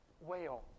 whale